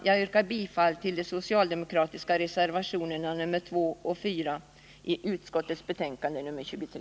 Jag yrkar bifall till de socialdemokratiska reservationerna nr 2 och 4 vid utbildningsutskottets betänkande nr 23.